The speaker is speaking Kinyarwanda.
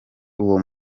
uwo